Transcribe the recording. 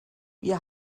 wir